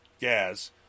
gas